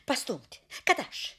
pastumti kad aš